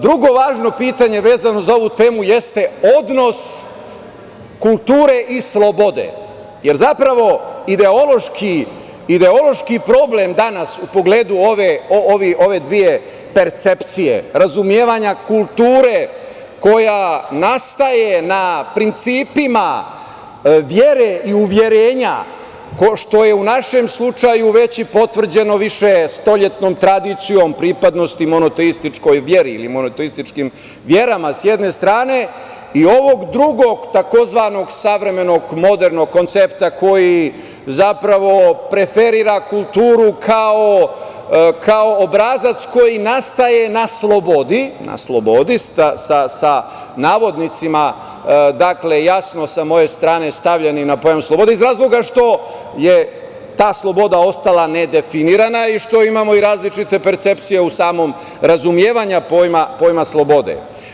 Drugo važno pitanje, vezano za ovu temu jeste odnos kulture i slobode, jer zapravo ideološki problem danas u pogledu ove dve percepcije razumevanja kulture koja nastaje na principima vere i uverenja, što je u našem slučaju već i potvrđeno više stoljetnom tradicijom, pripadnosti, monoteističkoj veri ili monoteističkim verama s jedne strane, i ovog drugog tzv. savremenog modernog koncepta koji zapravo preferira kulturu kao obrazac koji nastaje na slobodi sa navodnicima, dakle, jasno sa moje strane stavljeni na pojam slobode iz razloga što je ta sloboda ostala ne definisana i što imamo i različite percepcije u samom razumevanju pojma slobode.